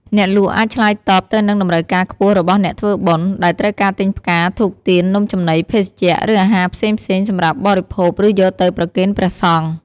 អ្នកលក់អាចឆ្លើយតបទៅនឹងតម្រូវការខ្ពស់របស់អ្នកធ្វើបុណ្យ ដែលត្រូវការទិញផ្កា ធូប ទៀន នំចំណី ភេសជ្ជៈ ឬអាហារផ្សេងៗសម្រាប់បរិភោគ ឬយកទៅប្រគេនព្រះសង្ឃ។